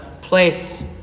place